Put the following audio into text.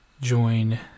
join